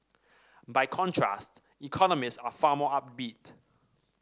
by contrast economists are far more upbeat